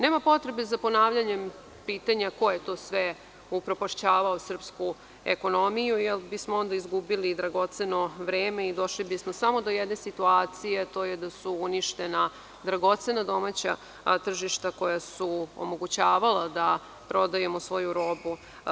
Nema potrebe za ponavljanjem pitanja ko je to sve upropašćavao srpsku ekonomiju jer bi smo onda izgubili dragoceno vreme i došli bismo samo do jedne situacije, a to je da su uništena dragocena domaća tržišta koja su omogućavala da prodajemo svoju robu.